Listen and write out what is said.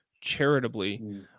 charitably